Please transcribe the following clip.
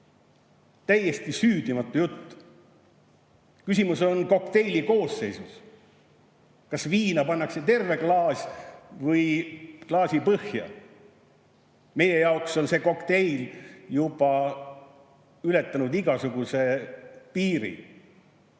Täiesti süüdimatu jutt! Küsimus on kokteili koosseisus, kas viina pannakse terve klaas või klaasi põhja. Meie jaoks on see kokteil juba ületanud igasuguse piiri.